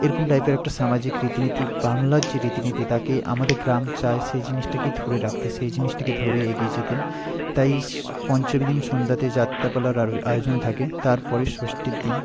এরকম টাইপের একটা সামাজিক রীতি নীতি বাংলার যে রীতি নীতি তাকে আমাদের গ্রাম চায় সেই জিনিসটাকে ধরে রাখতে সেই জিনিসটাকে ধরে এগিয়ে যেতে তাই পঞ্চমী দিন সন্ধ্যাতে যাত্রাপালার আয়োজন থাকে তারপরে ষষ্টীর দিন